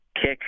kick